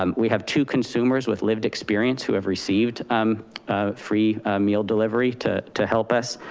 um we have two consumers with lived experience who have received um ah free meal delivery to to help us.